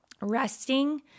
resting